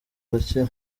arakira